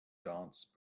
dance